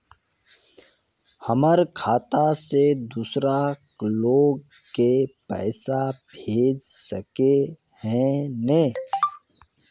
हमर खाता से दूसरा लोग के पैसा भेज सके है ने?